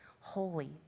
Holy